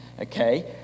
okay